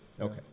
Okay